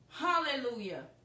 Hallelujah